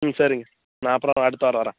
ம் சரிங்க நான் அப்புறம் அடுத்த வாரம் வரேன்